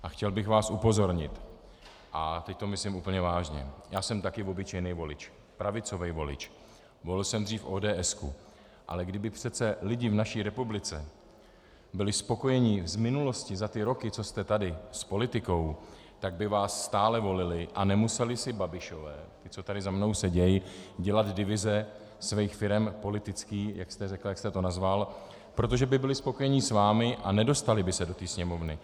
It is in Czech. A chtěl bych vás upozornit, a teď to myslím úplně vážně, já jsem také obyčejný volič, pravicový volič, volil jsem dřív ODS, ale kdyby přece lidé v naší republice byli spokojení s minulostí za ty roky, co jste tady, s politikou, tak by vás stále volili a nemuseli si Babišové, ti, co tady za mnou sedí, dělat politické divize svých firem, jak jste řekl, jak jste to nazval, protože by byli spokojeni s vámi a nedostali by se do Sněmovny.